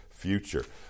future